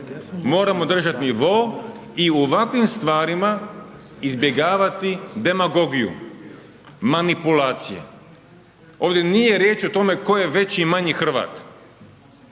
Moramo držati nivo i u ovakvim stvarima izbjegavati demagogiju, manipulacije. Ovdje nije riječ o tome tko je veći, manji Hrvat,